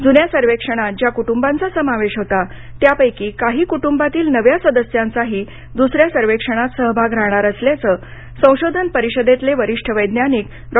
जुन्या सर्वेक्षणात ज्या कुटुंबांचा समावेश होता त्यापैकी काही कुटुंबातील नव्या सदस्यांचाही दुसऱ्या सर्वेक्षणात सहभाग राहणार असल्याचं संशोधन परिषदेतले वरिष्ठ वैज्ञानिक डॉ